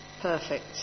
perfect